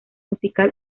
musical